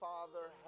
Father